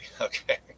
okay